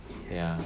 ya